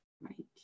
right